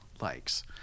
likes